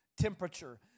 temperature